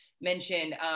mentioned